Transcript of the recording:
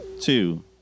two